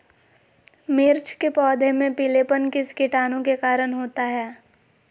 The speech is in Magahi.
मिर्च के पौधे में पिलेपन किस कीटाणु के कारण होता है?